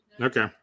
Okay